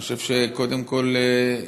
אני חושב שקודם כול,